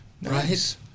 Nice